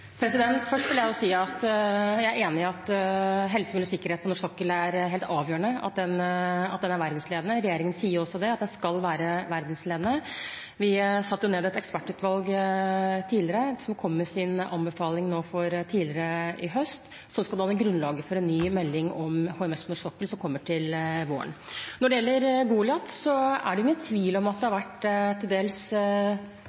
Først vil jeg si at jeg er enig i at det er helt avgjørende at helse, miljø og sikkerhet på norsk sokkel er verdensledende. Regjeringen sier også at det skal være verdensledende. Vi satte ned et ekspertutvalg som kom med sin anbefaling tidligere i høst, som skal danne grunnlaget for en ny melding om HMS på norsk sokkel som kommer til våren. Når det gjelder Goliat, er det ingen tvil om at det har